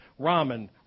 ramen